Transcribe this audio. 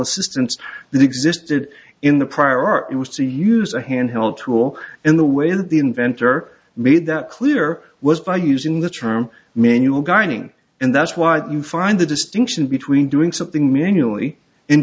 assistance that existed in the prior art it was to use a handheld tool in the way that the inventor made that clear was by using the term manual gardening and that's why you find the distinction between doing something manually